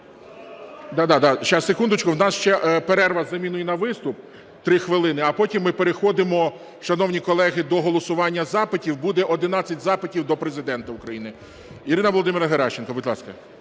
законопроекту. Секундочку у нас ще перерва з заміною на виступ 3 хвилини, а потім ми переходимо, шановні колеги, до голосування запитів. Буде 11 запитів до Президента України. Ірина Володимирівна Геращенко, будь ласка.